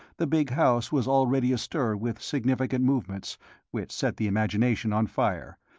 the big house was already astir with significant movements which set the imagination on fire,